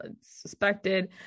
suspected